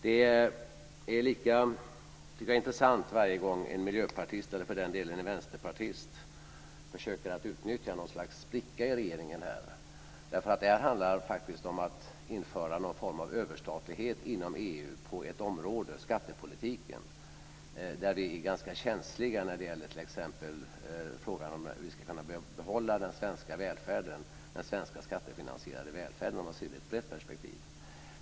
Det är lika intressant varje gång en miljöpartist eller för den delen en vänsterpartist försöker att utnyttja något slags spricka i regeringen. Det här handlar faktiskt om att införa någon form av överstatlighet inom EU på ett område - skattepolitiken - där vi är ganska känsliga. Det gäller t.ex. frågan om vi ska kunna behålla den svenska skattefinansierade välfärden, om man ser det i ett brett perspektiv.